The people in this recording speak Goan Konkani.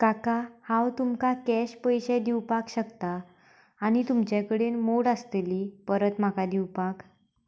काका हांव तुमकां कॅश पयशे दिवपाक शकतां आनी तुमच्या कडेन मोड आसतली परत म्हाका दिवपाक